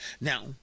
Now